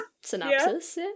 synopsis